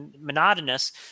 monotonous